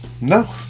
No